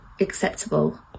Acceptable